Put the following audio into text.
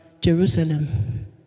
Jerusalem